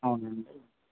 అవునండి